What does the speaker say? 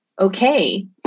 okay